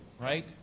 right